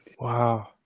Wow